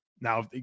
Now